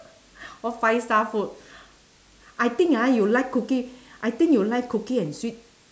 what five star food I think ah you like cookie I think you like cookie and sweet